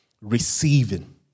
receiving